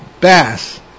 Bass